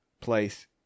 place